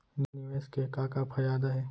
निवेश के का का फयादा हे?